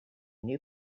new